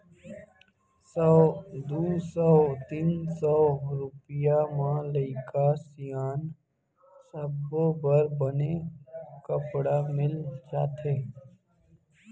सौ, दू सौ, तीन सौ रूपिया म लइका सियान सब्बो बर बने कपड़ा मिल जाथे